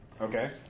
Okay